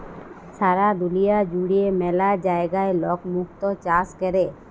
সারা দুলিয়া জুড়ে ম্যালা জায়গায় লক মুক্ত চাষ ক্যরে